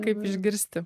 kaip išgirsti